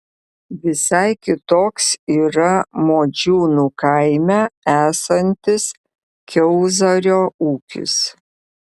visai kitoks yra modžiūnų kaime esantis kiauzario ūkis